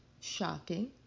shocking